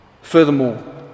Furthermore